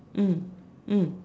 mm mm